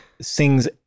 sings